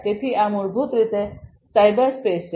તેથી આ મૂળભૂત રીતે સાયબર સ્પેસ છે